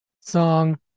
song